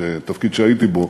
תפקיד שהייתי בו,